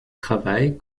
travail